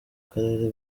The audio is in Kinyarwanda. karere